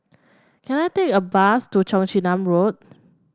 can I take a bus to Cheong Chin Nam Road